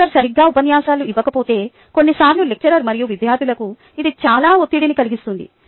lecturer సరిగ్గా ఉపన్యాసాలు ఇవ్వకపోతే కొన్నిసార్లు లెక్చరర్ మరియు విద్యార్థులకు ఇది చాలా ఒత్తిడిని కలిగిస్తుంది